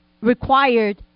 required